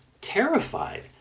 terrified